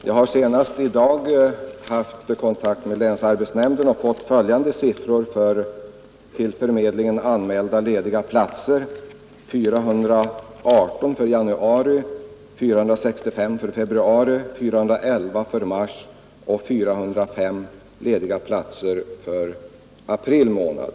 Herr talman! Jag har senast i dag haft kontakt med länsarbetsnämnden och fått följande siffror beträffande till förmedlingen anmälda lediga platser: 418 för januari, 465 för februari, 411 för mars och 405 för april månad.